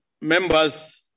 members